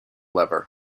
lever